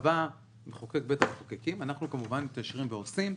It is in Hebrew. קבע בית המחוקקים ואנחנו כמובן מתיישרים ועושים,